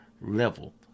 level